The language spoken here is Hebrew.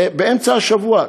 באמצע השבוע,